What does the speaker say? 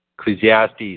Ecclesiastes